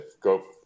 go